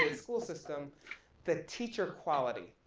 ah school system the teacher quality,